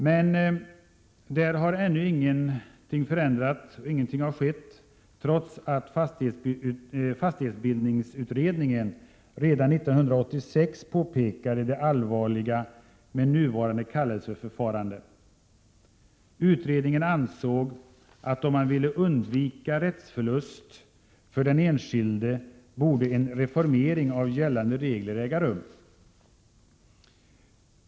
Men där har ännu ingen förändring skett trots att fastighetsbildningsutredningen redan 1986 påpekade det allvarliga med nuvarande kallelseförfarande. Utredningen ansåg att om man ville undvika rättsförlust för den enskilde borde en reformering av gällande regler äga rum.